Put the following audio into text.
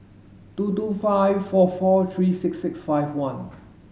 two two five four four three six six five one